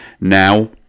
now